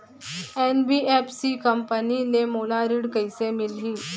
NBFC company ले मोला ऋण कइसे मिलही?